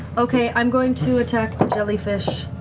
okay, i'm going to attack the jellyfish.